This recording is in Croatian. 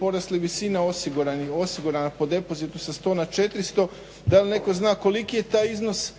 porasli visine osigurane po depozitu sa 100 na 400. Dal netko zna koliki je taj iznos